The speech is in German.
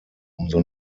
umso